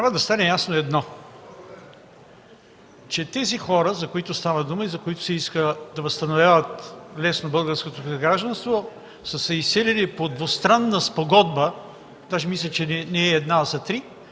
Трябва да стане ясно едно – че тези хора, за които стана дума и за които се иска да възстановяват лесно българското си гражданство, са се изселили по двустранна спогодба, даже мисля, че не е една, а са три,